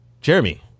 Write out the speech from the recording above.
Jeremy